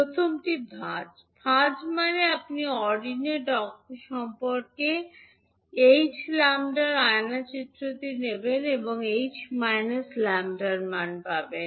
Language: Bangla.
প্রথমটি ভাঁজ ভাঁজ মানে আপনি অর্ডিনেট অক্ষ সম্পর্কে ℎ 𝜆 এর আয়না চিত্রটি নেবেন এবং ℎ −𝜆 এর মান পাবেন